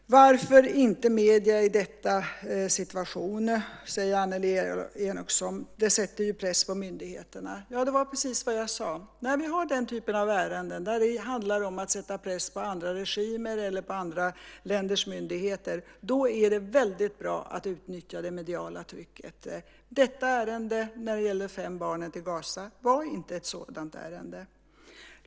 Herr talman! Annelie Enochson, den 18 januari var första dagen som passade både interpellanten och mig. Varför inte medier i denna situation? säger Annelie Enochson, det sätter ju press på myndigheterna. Ja, det är precis det jag sade. När vi har den typ av ärenden där det handlar om att sätta press på andra regimer eller på andra länders myndigheter är det väldigt bra att utnyttja det mediala trycket. Ärendet med de fem barnen som fördes till Gaza var inte ett sådant ärende.